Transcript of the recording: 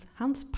hans